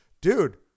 dude